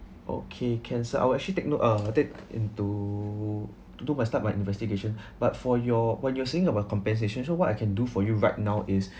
okay can so I will actually take note uh that into to do my start by investigation but for your when you are saying about compensation so what I can do for you right now is